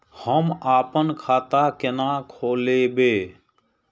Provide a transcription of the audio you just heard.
हम आपन खाता केना खोलेबे?